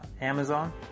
Amazon